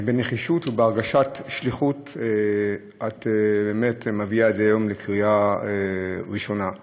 בנחישות ובהרגשת שליחות את באמת מביאה את זה היום לקריאה ראשונה.